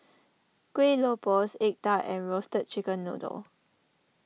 Kueh Lopes Egg Tart and Roasted Chicken Noodle